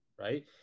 Right